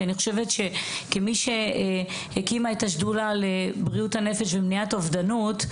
כי אני חושבת שכמי שהקימה את השדולה לבריאות הנפש ומניעת אובדנות,